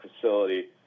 facility